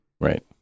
Right